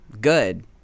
good